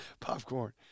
popcorn